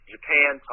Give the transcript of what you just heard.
Japan